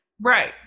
Right